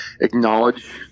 acknowledge